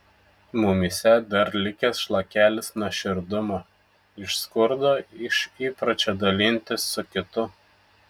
mumyse dar likęs šlakelis nuoširdumo iš skurdo iš įpročio dalintis su kitu